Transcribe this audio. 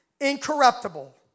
incorruptible